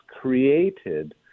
created